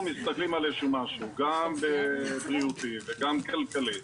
איזשהו משהו, גם בריאותי וגם כלכלי,